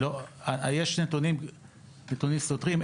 יש נתונים סותרים,